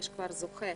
יש כבר זוכה,